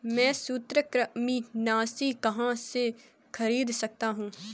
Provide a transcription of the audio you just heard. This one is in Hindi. मैं सूत्रकृमिनाशी कहाँ से खरीद सकता हूँ?